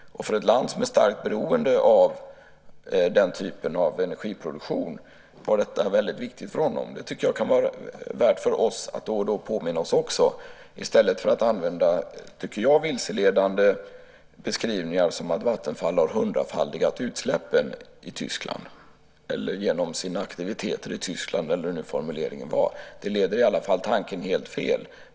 I ett land som är starkt beroende av den typen av energiproduktion var detta mycket viktigt för honom. Det tycker jag kan vara värt för oss att då och då påminna oss i stället för att använda som jag tycker vilseledande beskrivningar som att Vattenfall genom sina aktiviteter har hundrafaldigat utsläppen i Tyskland, eller hur formuleringen nu var. Det leder i alla fall tanken helt fel.